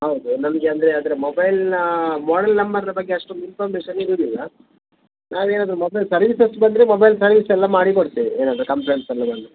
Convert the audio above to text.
ಹೌದು ನಮಗೆ ಅಂದರೆ ಅದರ ಮೊಬೈಲ್ನ ಮಾಡೆಲ್ ನಂಬರ್ನ ಬಗ್ಗೆ ಅಷ್ಟೊಂದು ಇನ್ಫಾರ್ಮೇಶನ್ ಇರೋದಿಲ್ಲ ನಾವೇನಾದರು ಮೊಬೈಲ್ ಸರ್ವಿಸ್ ಅಷ್ಟೆ ಬಂದರೆ ಮೊಬೈಲ್ ಸರ್ವಿಸ್ ಎಲ್ಲ ಮಾಡಿ ಕೊಡ್ತೇವೆ ಏನಾದರು ಕಂಪ್ಲೇಂಟ್ಸ್ ಎಲ್ಲ ಬಂದರೆ